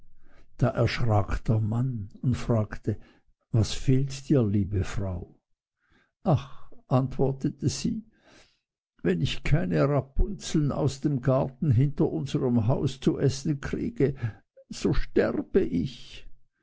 da erschrak der mann und fragte was fehlt dir liebe frau ach antwortete sie wenn ich keine rapunzeln aus dem garten hinter unserm hause zu essen kriege so sterbe ich